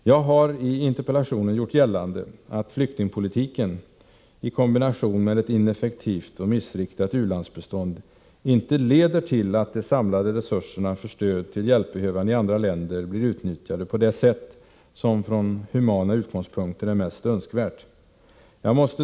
Jag har i interpellationen gjort gällande att flyktingpolitiken, i kombination med ett ineffektivt och missriktat u-landsbistånd, inte leder till att de samlade resurserna för stöd till hjälpbehövande i andra länder blir utnyttjade på det sätt som från humana utgångspunkter är mest önskvärt.